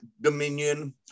Dominion